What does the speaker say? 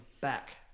back